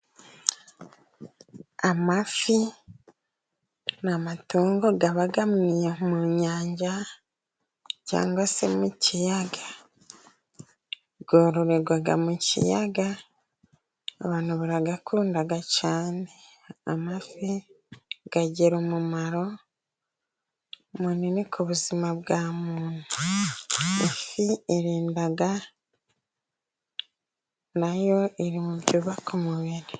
Amafi ni amatungo aba mu nyanja, cyangwa se mu kiyaga. Yororerwa mu kiyaga, abantu barayakunda cyane. Amafi agira umumaro munini ku buzima bwa muntu. Ifii irinda, nayo iri mu bubaka umubiri.